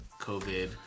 covid